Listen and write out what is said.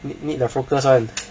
need the focus on